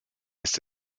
ist